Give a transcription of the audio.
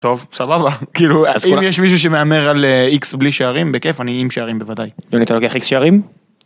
טוב, סבבה. כאילו, אם יש מישהו שמהמר על x בלי שערים, בכיף. אני עם שערים בוודאי. יוני אתה לוקח X שערים?